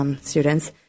students